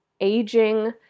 aging